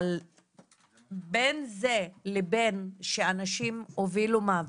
אבל בין זה לבין שאנשים הובילו מאבק,